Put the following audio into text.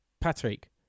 Patrick